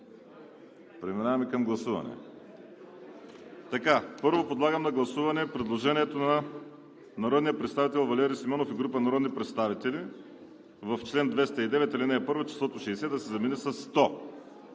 Преминаваме към гласуване. Първо, подлагам на гласуване предложението на народния представител Валери Симеонов и група народни представители „В чл. 209, ал. 1 числото 60 да се замени със 100“.